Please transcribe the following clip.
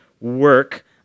work